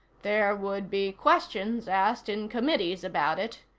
there would be questions asked in committees about it.